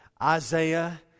Isaiah